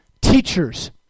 teachers